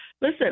Listen